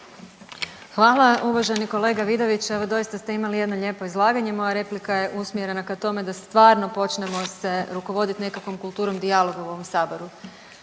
Hvala. Uvaženi kolega Vidović evo doista ste imali jedno lijepo izlaganje i moja replika je usmjerena k tome da stvarno počnemo se rukovoditi nekakvom kulturom dijaloga u ovom Saboru.